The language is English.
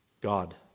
God